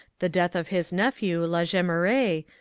the death of his nephew la jemeraye,